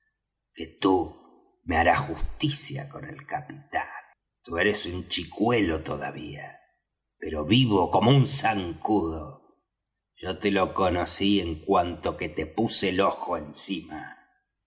que tú me harás justicia con el capitán tú eres un chicuelo todavía pero vivo como un zancudo yo te lo conocí en cuanto que te puse el ojo encima